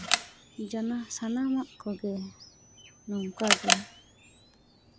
ᱡᱮᱱᱚ ᱥᱟᱢᱟᱜ ᱠᱚᱜᱮ ᱱᱚᱝᱠᱟ ᱜᱮ